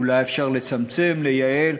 אולי אפשר לצמצם, לייעל.